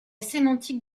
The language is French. sémantique